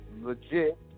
legit